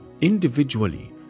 individually